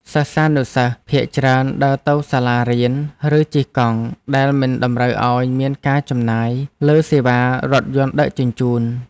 សិស្សានុសិស្សភាគច្រើនដើរទៅសាលារៀន ឬជិះកង់ដែលមិនតម្រូវឱ្យមានការចំណាយលើសេវារថយន្តដឹកជញ្ជូន។